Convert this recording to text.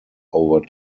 over